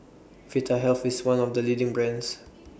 Vitahealth IS one of The leading brands